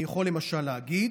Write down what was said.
אני יכול למשל להגיד